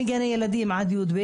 מגני ילדים עד י"ב.